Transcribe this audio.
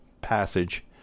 passage